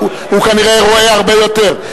הוא כנראה רואה הרבה יותר.